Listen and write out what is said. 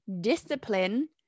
discipline